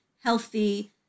healthy